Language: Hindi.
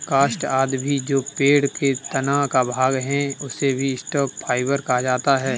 काष्ठ आदि भी जो पेड़ के तना का भाग है, उसे भी स्टॉक फाइवर कहा जाता है